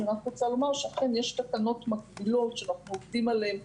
אני רק רוצה לומר שאכן יש תקנות מקבילות שאנחנו עובדים עליהן,